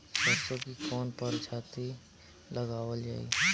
सरसो की कवन प्रजाति लगावल जाई?